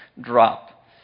drop